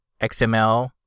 XML